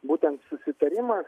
būtent susitarimas